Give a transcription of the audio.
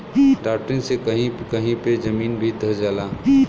drafting से कही कही पे जमीन भी धंस जाला